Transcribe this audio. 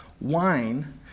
wine